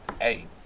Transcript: hey